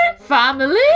family